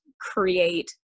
create